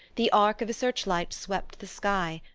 the arc of a search-light swept the sky,